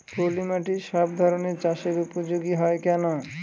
পলিমাটি সব ধরনের চাষের উপযোগী হয় কেন?